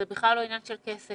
זה בכלל לא עניין של כסף,